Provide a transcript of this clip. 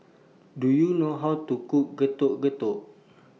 Do YOU know How to Cook Getuk Getuk